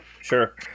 sure